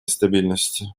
стабильности